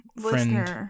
friend